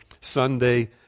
Sunday